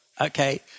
okay